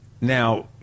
now